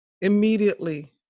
immediately